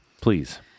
Please